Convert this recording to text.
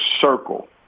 circle